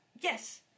yes